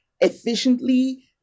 efficiently